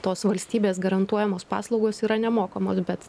tos valstybės garantuojamos paslaugos yra nemokamos bet